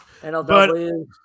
NLW